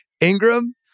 Ingram